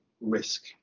risk